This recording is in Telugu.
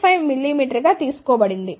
5 mmగా తీసుకోబడింది